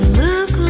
look